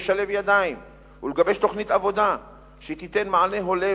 לשלב ידיים ולגבש תוכנית עבודה שתיתן מענה הולם